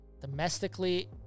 domestically